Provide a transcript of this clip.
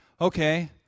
okay